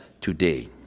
today